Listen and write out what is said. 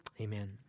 Amen